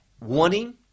wanting